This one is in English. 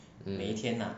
mm